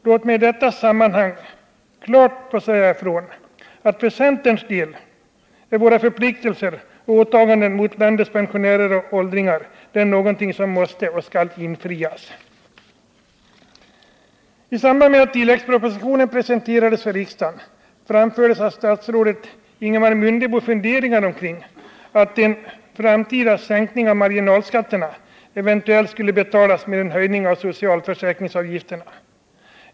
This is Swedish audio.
Låt mig i detta sammanhang klart säga att för centerns del är våra förpliktelser och åtaganden mot landets pensionärer och åldringar någonting som måste och skall infrias. I samband med att tilläggspropositionen presenterades för riksdagen framfördes av statsrådet Ingemar Mundebo funderingar om att en framtida sänkning av marginalskatterna eventuellt skulle betalas med en höjning av socialförsäkringsavgifterna.